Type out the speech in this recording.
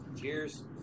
cheers